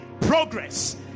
progress